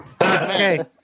Okay